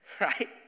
Right